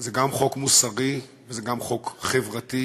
זה גם חוק מוסרי, זה גם חוק חברתי